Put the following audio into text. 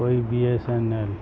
کوئی B S N L